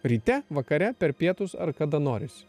ryte vakare per pietus ar kada norisi